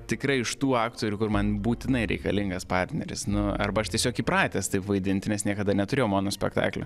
tikrai iš tų aktorių kur man būtinai reikalingas partneris nu arba aš tiesiog įpratęs taip vaidint nes niekada neturėjau monospektaklio